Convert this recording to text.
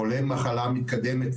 חולה במחלה מתקדמת,